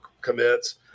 commits